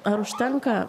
ar užtenka